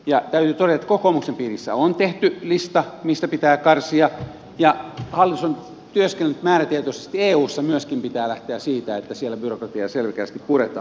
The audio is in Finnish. täytyy todeta että kokoomuksen piirissä on tehty lista mistä pitää karsia ja hallitus on työskennellyt määrätietoisesti että eussa myöskin pitää lähteä siitä että siellä byrokratiaa selkeästi puretaan